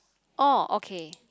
oh okay